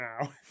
now